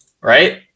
Right